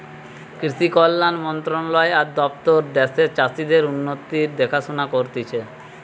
কৃষি কল্যাণ মন্ত্রণালয় আর দপ্তর দ্যাশের চাষীদের উন্নতির দেখাশোনা করতিছে